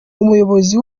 umuyobozi